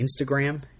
Instagram